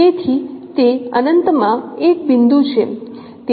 તેથી તે અનંત માં એક બિંદુ છે